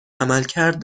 عملکرد